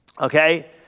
Okay